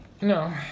No